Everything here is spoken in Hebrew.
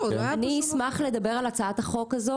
אני אשמח לדבר על הצעת החוק הזאת